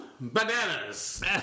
bananas